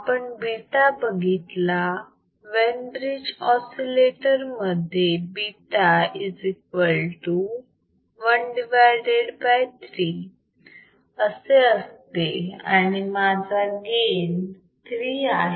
आपण β बघितला Wien bridge oscillator मध्ये β⅓ असे असते आणि माझा गेन 3 आहे